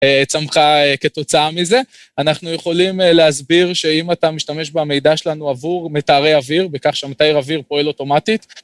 אה.. צמחה כתוצאה מזה. אנחנו יכולים להסביר שאם אתה משתמש במידע שלנו עבור מטהרי אוויר, בכך שמטהר אוויר פועל אוטומטית,